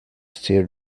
steer